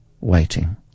waiting